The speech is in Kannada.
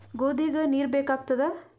ಗೋಧಿಗ ನೀರ್ ಬೇಕಾಗತದ?